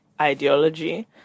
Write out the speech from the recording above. ideology